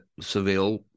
Seville